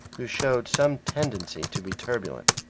who showed some tendency to be turbulent.